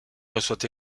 reçoit